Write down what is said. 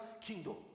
kingdom